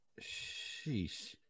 sheesh